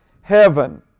heaven